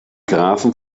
grafen